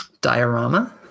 Diorama